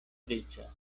riĉa